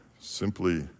simply